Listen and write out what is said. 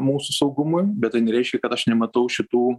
mūsų saugumui bet tai nereiškia kad aš nematau šitų